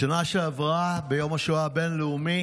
בשנה שעברה, ביום השואה הבין-לאומי,